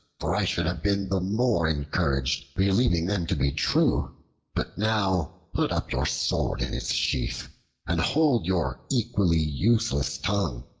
for i should have been the more encouraged, believing them to be true but now put up your sword in its sheath and hold your equally useless tongue,